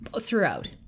throughout